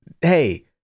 Hey